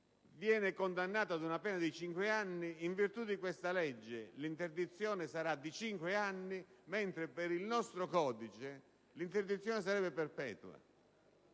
viene condannato ad una pena di cinque anni in virtù di questa legge l'interdizione sarà di cinque anni, mentre per il nostro codice l'interdizione sarebbe perpetua.